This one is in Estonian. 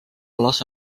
lase